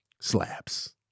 slaps